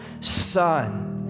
Son